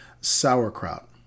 Sauerkraut